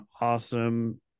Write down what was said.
awesome